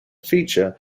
feature